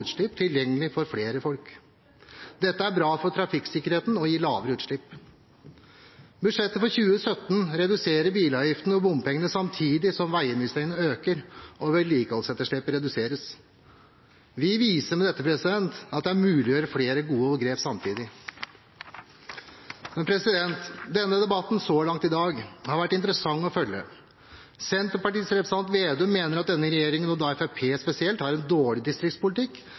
utslipp tilgjengelige for flere folk. Dette er bra for trafikksikkerheten og gir lavere utslipp. Budsjettet for 2017 reduserer bilavgiftene og bompengene, samtidig som veiinvesteringene øker og vedlikeholdsetterslepet reduseres. Vi viser med dette at det er mulig å ta flere gode grep samtidig. Denne debatten har så langt i dag vært interessant å følge. Senterparti-representant Slagsvold Vedum mener at denne regjeringen, og Fremskrittspartiet spesielt, har en dårlig distriktspolitikk